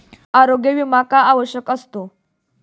आरोग्य विमा का आवश्यक असतो?